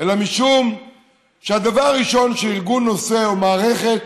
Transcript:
אלא משום שהדבר הראשון שארגון עושה, או מערכת,